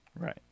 Right